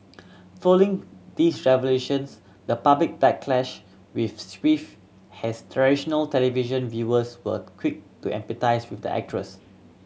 following these revelations the public backlash with swift has traditional television viewers were quick to empathise with the actress